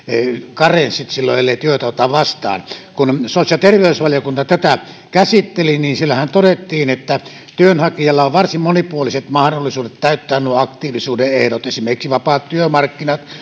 karenssit silloin ellei työtä ota vastaan kun sosiaali ja terveysvaliokunta tätä käsitteli niin siellähän todettiin että työnhakijalla on varsin monipuoliset mahdollisuudet täyttää nuo aktiivisuuden ehdot esimerkiksi vapaat työmarkkinat